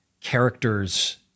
character's